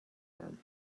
harm